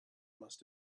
must